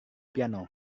piano